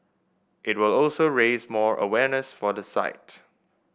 it will also raise more awareness for the site